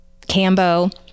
Cambo